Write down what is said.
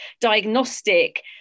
diagnostic